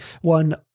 one